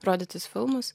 rodytus filmus